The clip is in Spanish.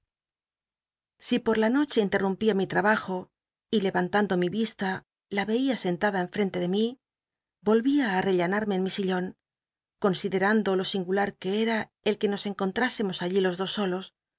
si poi la not he interru mpía mi tmbajo y le'antando mi risla la reía sentada cnfcnle de mi r ol ia ú aitellanarmc en mi sillon con iderando lo singular que era el que nos cncon tniscmos allí los dos solos